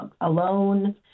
alone